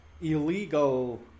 illegal